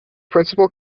principal